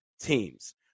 teams